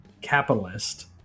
capitalist